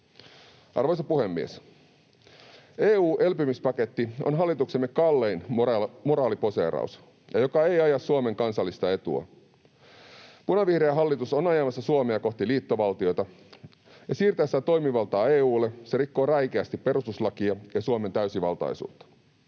Arvoisa puhemies! EU-elpymispaketti on hallituksemme kallein moraaliposeeraus, ja se ei aja Suomen kansallista etua. Punavihreä hallitus on ajamassa Suomea kohti liittovaltiota, ja siirtäessään toimivaltaa EU:lle se rikkoo räikeästi perustuslakia ja Suomen täysivaltaisuutta.